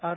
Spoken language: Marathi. आर